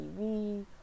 TV